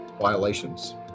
violations